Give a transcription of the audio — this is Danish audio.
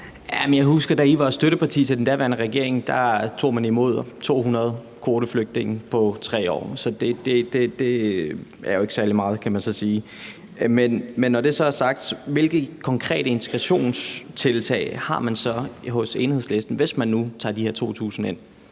Jeg husker, at da I var støtteparti til den daværende regering, tog man imod 200 kvoteflygtninge på 3 år. Så det er jo ikke særlig meget, kan man sige. Men når det så er sagt, hvilke konkrete integrationstiltag har man så hos Enhedslisten, hvis man nu tager de her 2.000 ind?